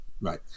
Right